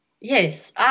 Yes